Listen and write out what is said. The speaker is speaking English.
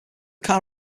car